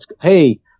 Hey